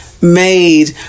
made